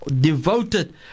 Devoted